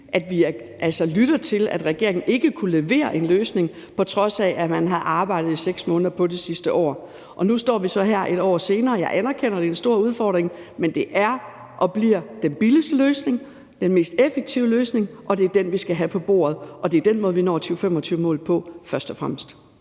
vi lytter os til, at regeringen ikke kunne levere en løsning, på trods af at man sidste år arbejdede i 6 måneder på det. Nu står vi så her et år senere – jeg anerkender, det er en stor udfordring – men det er og bliver den billigste og den mest effektive løsning, og det er den, vi skal have på bordet. Og det er den måde, vi først og fremmest